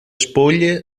spoglie